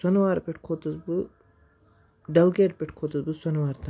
سۄنہٕ وار پٮ۪ٹھ کھوٚتُس بہٕ ڈل گیٹ پٮ۪ٹھ کھوٚتُس بہٕ سۄنہٕ وار تام